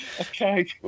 Okay